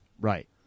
Right